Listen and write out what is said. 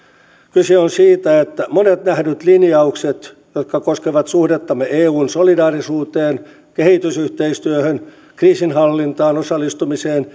kyse on siitä että monet nähdyt linjaukset jotka koskevat suhdettamme eun solidaarisuuteen kehitysyhteistyöhön kriisinhallintaan osallistumiseen